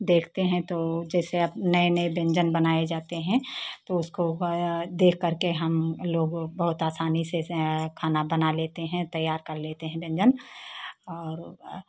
देखते हैं तो जैसे अब नए नए व्यंजन बनाए जाते हैं तो उसको देख कर के हम लोग बहुत आसानी से खाना बना लेते हैं तैयार कर लेते हैं व्यंजन और